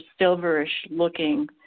silverish-looking